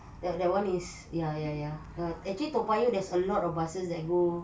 that that one is ya ya ya actually toa payoh there's a lot of buses that go